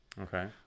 okay